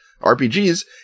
RPGs